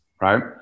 right